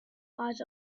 eyes